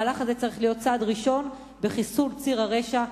המהלך הזה צריך להיות צעד ראשון בחיסול ציר הרשע,